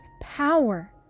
power